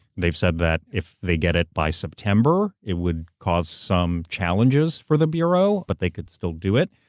they've said that if they get it by september, it would cause some challenges for the bureau but they could still do it.